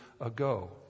ago